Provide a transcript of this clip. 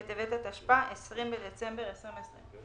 בטבת התשפ"א (20 בדצמבר 2020)"".